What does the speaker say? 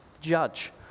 judge